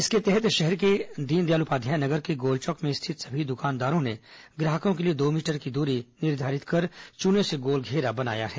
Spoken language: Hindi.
इसके तहत शहर के दीनदयाल उपाध्याय नगर के गोल चौक में स्थित सभी दुकानदारों ने ग्राहकों के लिए दो मीटर की दूरी निर्धारित कर चूने से गोल घेरा बनाया है